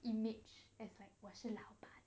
image as like 我是老板